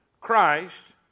Christ